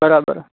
બરાબર